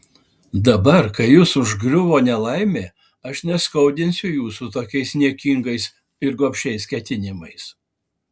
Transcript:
dabar kai jus užgriuvo nelaimė aš neskaudinsiu jūsų tokiais niekingais ir gobšiais ketinimais